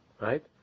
Right